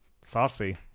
saucy